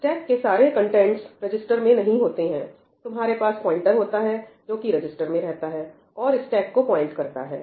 stake के सारे contents register में नहीं होते हैं तुम्हारे पास प्वाइंटर होता है जो कि रजिस्टर में रहता है और स्टेक को पॉइंट करता है